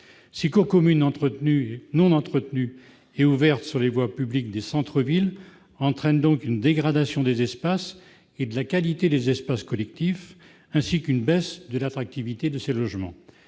Ces cours communes non entretenues et ouvertes sur les voies publiques des centres-villes entraînent une dégradation de la qualité des espaces collectifs, ainsi qu'une baisse de l'attractivité des logements.